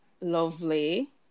Lovely